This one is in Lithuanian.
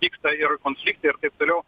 vyksta ir konfliktai ir taip toliau